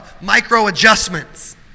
micro-adjustments